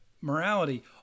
morality